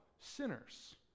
sinners